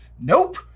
Nope